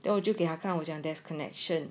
then 我就给他看我 there's connection